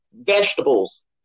vegetables